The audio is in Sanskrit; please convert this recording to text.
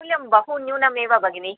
मूल्यं बहु न्यूनमेव भगिनि